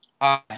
Hi